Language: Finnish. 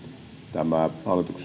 tämä hallituksen